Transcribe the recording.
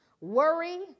worry